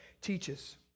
teaches